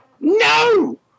No